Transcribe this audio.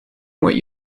what